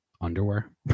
underwear